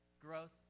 Growth